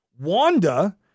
Wanda